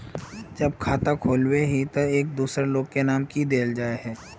जब खाता खोलबे ही टी एक दोसर लोग के नाम की देल जाए है?